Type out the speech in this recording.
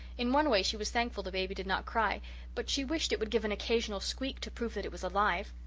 in one way she was thankful the baby did not cry but she wished it would give an occasional squeak to prove that it was alive.